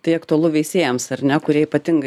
tai aktualu veisėjams ar ne kurie ypatingai